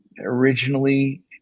originally